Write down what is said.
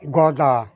গদা